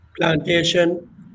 Plantation